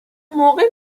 موقع